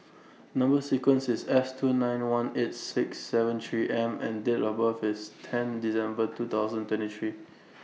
Number sequence IS S two nine one eight six seven three M and Date of birth IS ten December two thousand twenty three